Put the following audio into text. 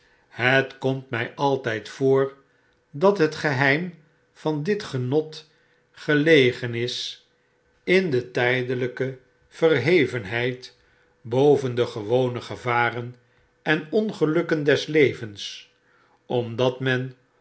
het komt mij altijd voor dat het geheim van dit genot gefegen is in de tydelyke verhevenheid boven de gewone gevaren en ongelukken des levens omdat men